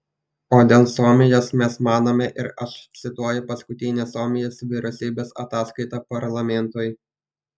o dėl suomijos mes manome ir aš cituoju paskutinę suomijos vyriausybės ataskaitą parlamentui